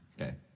Okay